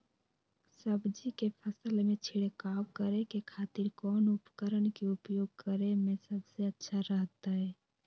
सब्जी के फसल में छिड़काव करे के खातिर कौन उपकरण के उपयोग करें में सबसे अच्छा रहतय?